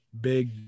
big